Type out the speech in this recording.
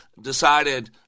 decided